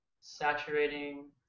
saturating